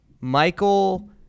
Michael